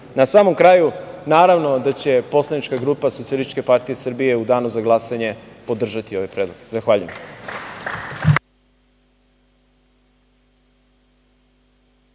samom kraju, naravno da će poslanička grupa Socijalističke partije Srbije u danu za glasanje podržati ovaj predlog. Zahvaljujem.